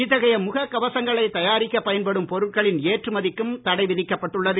இத்தகைய முகக் கவசங்களைத் தயாரிக்கப் பயன்படும் பொருட்களின் ஏற்றுமதிக்கும் தடை விதிக்கப்பட்டுள்ளது